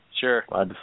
Sure